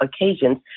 occasions